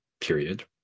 period